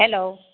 hello